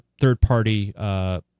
third-party